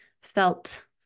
felt